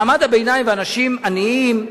מעמד הביניים ואנשים עניים,